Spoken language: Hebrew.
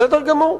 בסדר גמור.